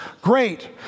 great